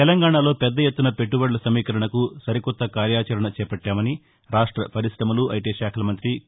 తెలంగాణలో పెద్దఎత్తున పెట్టబడుల సమీకరణకు సరికొత్త కార్యాచరణ చేపట్టామని రాష్ట పర్కాశమలు ఐటీ శాఖల మంతి కే